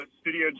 Studio